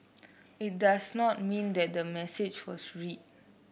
it does not mean that the message was read